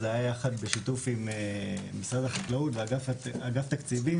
זה היה בשיתוף עם משרד החקלאות ואגף תקציבים.